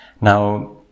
Now